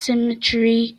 cemetery